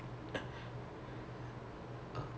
ya I know whatever hup will ask us to do right